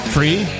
Free